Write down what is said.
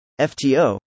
FTO